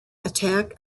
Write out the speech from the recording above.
attack